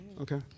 Okay